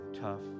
tough